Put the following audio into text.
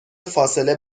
فاصله